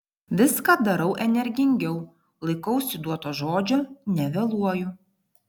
viską darau energingiau laikausi duoto žodžio nevėluoju